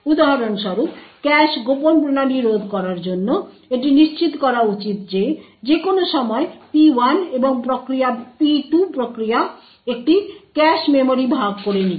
উদাহরণস্বরূপ cache covert প্রণালী রোধ করার জন্য এটি নিশ্চিত করা উচিত যে যে কোনো সময় P1 এবং প্রক্রিয়া P2 প্রক্রিয়া একই ক্যাশ মেমরি ভাগ করে নিচ্ছে